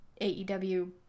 AEW